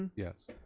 and yes.